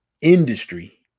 industry